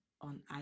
on